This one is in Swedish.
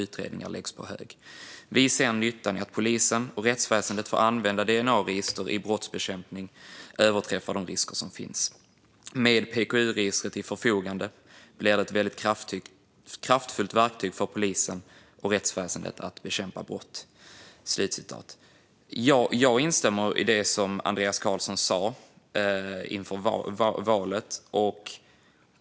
Utredningar läggs på hög. Vi anser att nyttan av att polisen och rättsväsendet får använda dna-register i brottsbekämpning överträffar de risker som finns. Med PKU-registret till förfogande blir det ett kraftfullt verktyg för polisen och rättsväsendet att bekämpa brott. Jag instämmer i det som Andreas Carlson sa inför valet.